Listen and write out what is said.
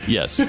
Yes